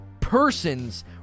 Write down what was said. persons